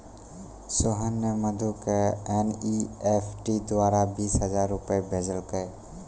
सोहन ने मधु क एन.ई.एफ.टी द्वारा बीस हजार रूपया भेजलकय